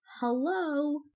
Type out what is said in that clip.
Hello